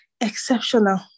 exceptional